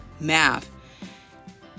math